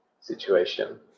situation